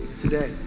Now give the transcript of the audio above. today